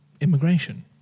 immigration